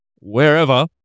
wherever